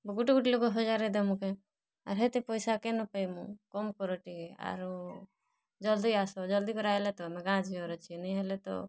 ଗୁଟେ ଗୁଟେ ଲୋକ୍କେ ହଜାରେ ଦେମୁ କେଁ ଆର୍ ହେତେ ପଇସା କେନ୍ ନୁ ପାଏମୁ କମ୍ କର ଟିକେ ଆରୁ ଜଲ୍ଦି ଆସ ଜଲ୍ଦି କରି ଆଇଲେ ତ ଆମେ ଗାଁ ଯିବାର୍ ଅଛେ ନାଇ ହେଲେ ତ